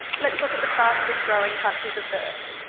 let's look at the fastest growing countries of birth.